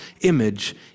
image